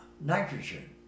Nitrogen